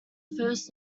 first